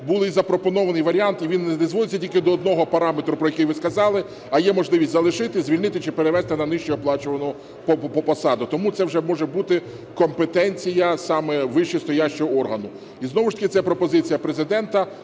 був і запропонований варіант, і він не зводиться тільки до одного параметру, про який сказали, а є можливість залишити, звільнити чи перевести на нижчу оплачувану посаду. Тому це вже може бути компетенція саме вищестоящого органу. І знову ж таки це пропозиція Президента,